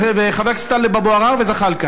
וחברי הכנסת טלב אבו עראר וזחאלקה,